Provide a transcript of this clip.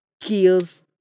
kills